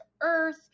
earth